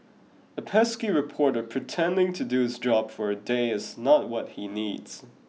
a pesky reporter pretending to do his job for a day is not what he needs